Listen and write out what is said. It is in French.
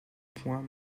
point